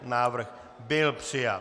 Návrh byl přijat.